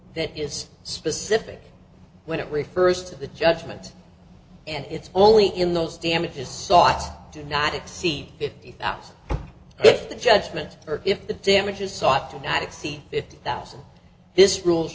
that is specific when it refers to the judgment and it's only in those damages sought to not exceed fifty thousand if the judgment or if the damages sought to not exceed fifty thousand this rules